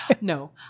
No